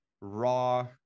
raw